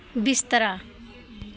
बिस्तरा